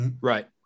Right